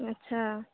अच्छा